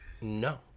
No